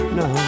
no